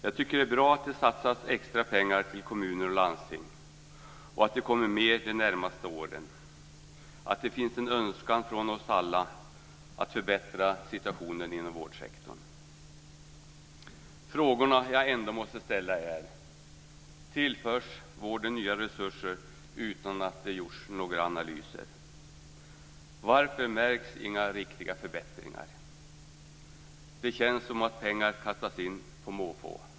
Jag tycker det är bra att det satsas extra pengar till kommuner och landsting och att det kommer mer de närmaste åren, att det finns en önskan från oss alla att förbättra situationen inom vårdsektorn. De frågor jag ändå måste ställa är: Tillförs vården nya resurser utan att det gjorts några analyser? Varför märks inga riktiga förbättringar? Det känns som att pengarna kastas in på måfå.